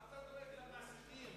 מה אתה דואג למעסיקים?